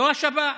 לא השב"כ,